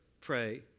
pray